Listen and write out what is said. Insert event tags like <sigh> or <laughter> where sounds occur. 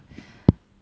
<breath>